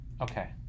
okay